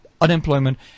unemployment